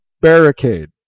barricade